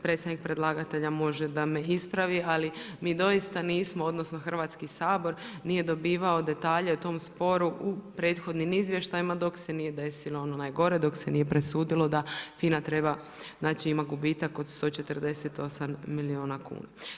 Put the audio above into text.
Predsjednik predlagatelja može da me ispravi, ali mi doista nismo, odnosno Hrvatski sabor, nije dobivao detalje o tom sporu u prethodnim izvještajima, dok se nije desilo ono najgore, dok se nije presudilo da FINA treba, znači ima gubitak od 148 milijuna kuna.